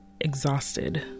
exhausted